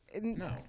No